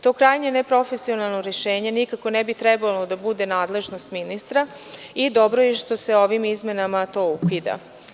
To krajnje neprofesionalno rešenje nikako ne bi trebalo da bude nadležnost ministra i dobro je što se ovim izmenama to ukida.